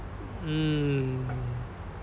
mm